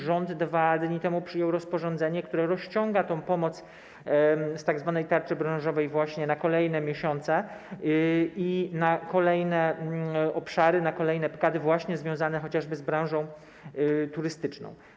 Rząd 2 dni temu przyjął rozporządzenie, które rozciąga tę pomoc z tzw. tarczy branżowej na kolejne miesiące, na kolejne obszary i na kolejne podmioty, związane chociażby z branżą turystyczną.